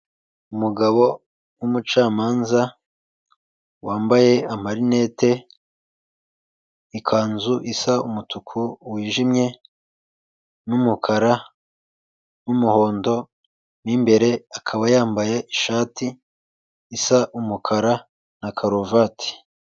Umugabo w'umucamanza wambaye marinete, ikanzu isa umutuku wijimye n'umukara n'umuhondo, mo imbere akaba yambaye ishati isa umukara na karuvati.